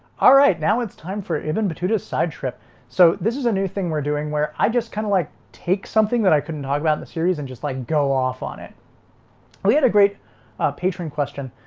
all right now it's time for evan batuta's side trip so this is a new thing we're doing where i just kind of like take something that i couldn't about in the series and just like go off on it we had a great ah patron question.